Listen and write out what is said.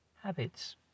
Habits